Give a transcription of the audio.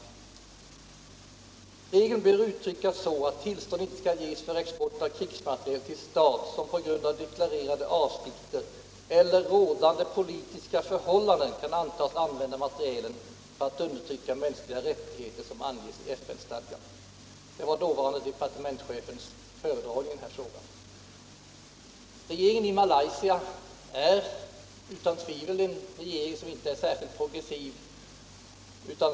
Regeln bör uttryckas så, att tillstånd inte skall ges för export av krigsmateriel till stat, som på grund av deklarerade avsikter eller rådande politiska förhållanden kan antas använda materielen för att undertrycka mänskliga rättigheter som anges i FN-stadgan.” Det var dåvarande departementschefens föredragning i den här frågan. Regeringen i Malaysia är utan tvivel inte särskilt progressiv.